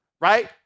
right